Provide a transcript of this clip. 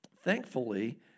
Thankfully